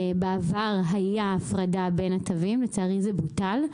בעבר הייתה הפרדה בין התווים, לצערי זה בוטל.